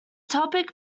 topic